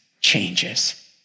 changes